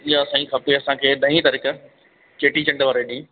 ईअं असांखे खपे ॾही तारीख़ चेटी चंड्र वारे ॾींहुं